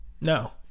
No